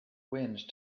wind